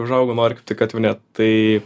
užaugo nori tai kad jau ne tai